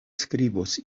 skribos